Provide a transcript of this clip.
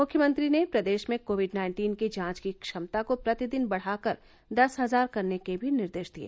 मुख्यमंत्री ने प्रदेश में कोविड नाइन्टीन की जांच की क्षमता को प्रतिदिन बढ़ाकर दस हजार करने के भी निर्देश दिए